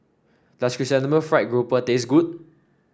does Chrysanthemum Fried Grouper taste good